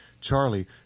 Charlie